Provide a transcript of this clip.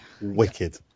Wicked